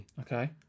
Okay